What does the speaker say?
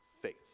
faith